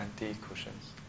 anti-cushions